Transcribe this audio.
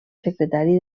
secretari